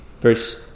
Verse